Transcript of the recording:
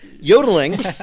Yodeling